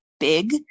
big